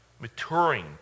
maturing